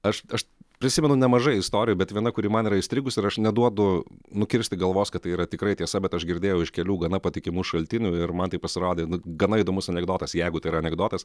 aš aš prisimenu nemažai istorijų bet viena kuri man yra įstrigusi ir aš neduodu nukirsti galvos kad tai yra tikrai tiesa bet aš girdėjau iš kelių gana patikimų šaltinių ir man tai pasirodė gana įdomus anekdotas jeigu tai yra anekdotas